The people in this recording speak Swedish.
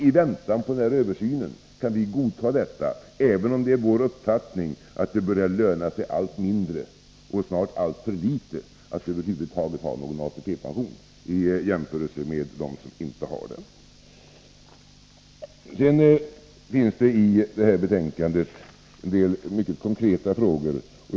I väntan på översyn kan vi godta detta, även om det är vår uppfattning att det börjar löna sig allt mindre, och snart alltför litet, att över huvud taget ha någon ATP-pension i jämförelse med dem som inte har det. Sedan behandlas i betänkandet en del mycket konkreta frågor.